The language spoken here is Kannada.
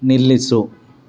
ನಿಲ್ಲಿಸು